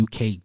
UK